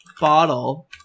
Bottle